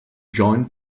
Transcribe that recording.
join